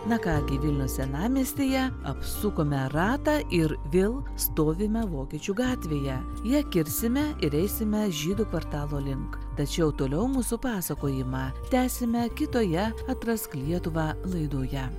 na ką gi vilniaus senamiestyje apsukome ratą ir vėl stovime vokiečių gatvėje ją kirsime ir eisime žydų kvartalo link tačiau toliau mūsų pasakojimą tęsime kitoje atrask lietuvą laidoje